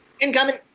Incoming